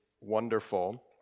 wonderful